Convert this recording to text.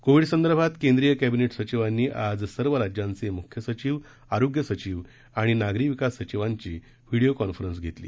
Covid संदर्भात केंद्रीय केंदिने सचिवांनी आज सर्व राज्यांचे मुख्य सचीव आरोग्य सचीव आणि नागरी विकास सचिवांची व्हीडीओ कॉन्फरन्स घेतली